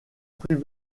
plus